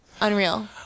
Unreal